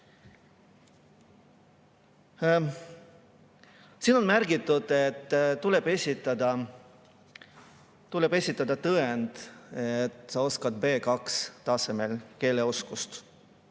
on märgitud, et tuleb esitada tõend, et sa oskad B2-tasemel keelt.